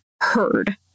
heard